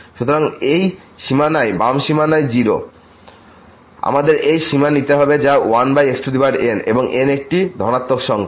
সুতরাং এই সীমানায় বাম সীমানায় 0 আমাদের সেই সীমা নিতে হবে যা 1xn এবং n একটি ধনাত্মক সংখ্যা